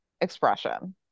expression